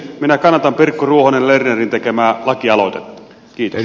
minä kannatan pirkko ruohonen lernerin tekemää lakialoitetta